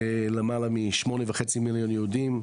למעלה מ-8.5 מיליון יהודים,